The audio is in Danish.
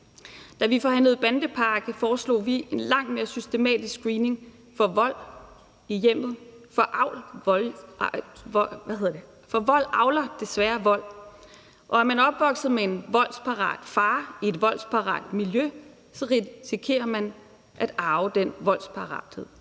Da vi forhandlede bandepakke, foreslog vi en langt mere systematisk screening for vold i hjemmet, for vold avler desværre vold, og er man opvokset med en voldsparat far i et voldsparat miljø, risikerer man at arve den voldsparathed.